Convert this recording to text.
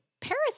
Paris